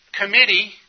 committee